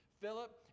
Philip